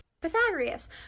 Pythagoras